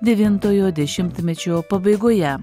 devintojo dešimtmečio pabaigoje